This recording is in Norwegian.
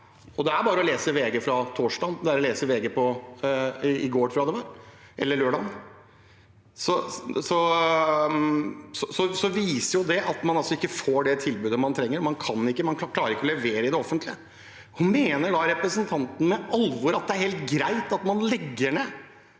er det bare å lese VG fra onsdag. Det viser at man ikke får det tilbudet man trenger. Man klarer ikke å levere i det offentlige. Mener da representanten på alvor at det er helt greit at man legger ned